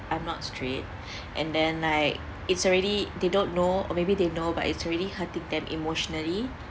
I am not straight and then like it's already they don't know or maybe they know but it's really hurting them emotionally